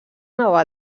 nova